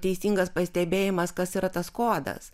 teisingas pastebėjimas kas yra tas kodas